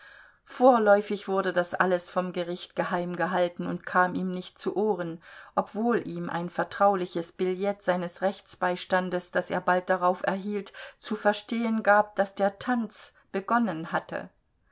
vorläufig wurde das alles vom gericht geheimgehalten und kam ihm nicht zu ohren obwohl ihm ein vertrauliches billett seines rechtsbeistandes das er bald darauf erhielt zu verstehen gab daß der tanz begonnen hatte